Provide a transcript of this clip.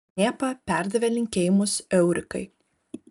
knėpa perdavė linkėjimus eurikai